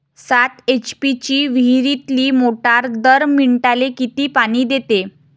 सात एच.पी ची विहिरीतली मोटार दर मिनटाले किती पानी देते?